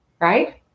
right